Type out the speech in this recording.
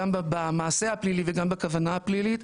גם במעשה הפלילי וגם בכוונה הפלילית,